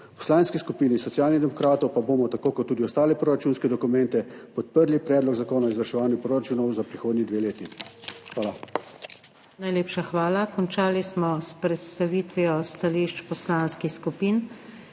Poslanski skupini Socialnih demokratov pa bomo, tako kot tudi ostale proračunske dokumente, podprli predlog zakona o izvrševanju proračunov za prihodnji dve leti. Hvala. **PODPREDSEDNICA NATAŠA SUKIČ:** Najlepša hvala. Končali smo s predstavitvijo stališč poslanskih skupin.